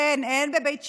כן, אין בבית שאן,